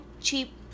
cheap